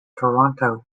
toronto